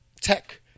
tech